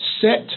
set